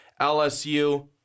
LSU